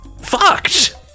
fucked